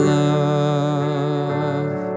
love